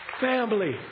Family